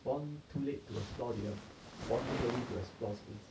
born too late to explore the earth born too early to explore space